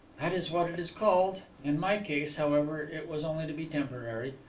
that is what it is called. in my case, however, it was only to be temporary.